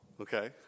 okay